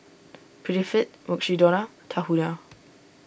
Prettyfit Mukshidonna Tahuna